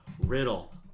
Riddle